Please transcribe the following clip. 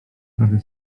prawie